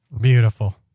Beautiful